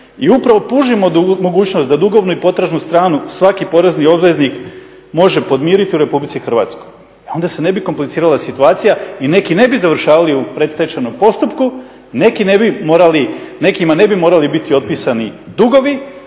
i upravo … mogućnost da dugovnu i potražnu stranu svaki porezni obveznik može podmiriti u Republici Hrvatskoj. Onda se ne bi komplicirala situacija i neki ne bi završavali u predstečajnom postupku, nekima ne bi morali biti otpisani dugovi,